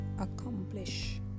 accomplish